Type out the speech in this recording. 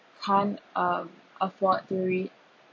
can't uh afford to read